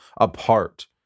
apart